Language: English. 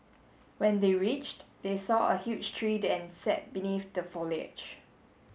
when they reached they saw a huge tree and sat beneath the foliage